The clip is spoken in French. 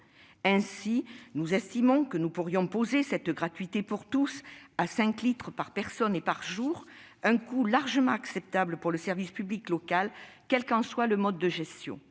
Ainsi, nous estimons que nous pourrions établir cette gratuité pour tous à cinq litres par personne et par jour, ce qui représenterait un coût largement acceptable pour le service public local, quel qu'en soit le mode de gestion.